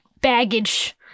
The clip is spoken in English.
baggage